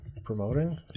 promoting